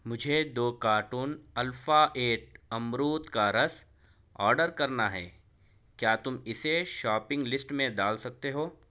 مجھے دو کارٹون الفا ایٹ امرود کا رس آڈر کرنا ہے کیا تم اسے شاپنگ لسٹ میں ڈال سکتے ہو